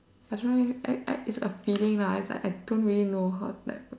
I don't know leh I I it's a feeling lah it's like I don't really know how to like